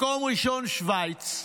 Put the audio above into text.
מקום ראשון שווייץ,